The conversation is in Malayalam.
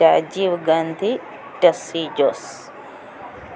രാജീവ് ഗാന്ധി ടെസ്സി ജോസ്